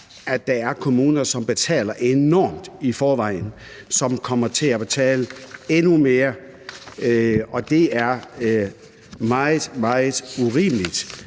at nogle kommuner, som betaler enormt meget i forvejen, kommer til at betale endnu mere. Det er meget, meget urimeligt,